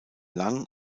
lang